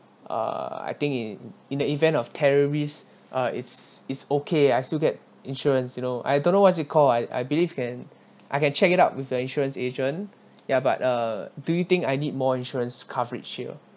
uh I think in in the event of terrorists uh it's it's okay I still get insurance you know I don't know what's it called I I believe can I can check it out with the insurance agent ya but uh do you think I need more insurance coverage here